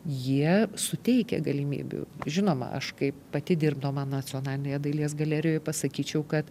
jie suteikia galimybių žinoma aš kaip pati dirbdama nacionalinėje dailės galerijoj pasakyčiau kad